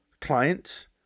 clients